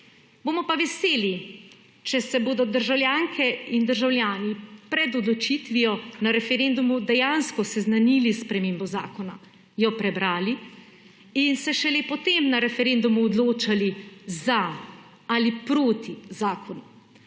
Bomo pa veseli, če se bodo državljanke in državljani pred odločitvijo na referendumu dejansko seznanili s spremembo zakona, jo prebrali in se šele potem na referendumu odločali za ali proti zakonu.